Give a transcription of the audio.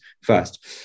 first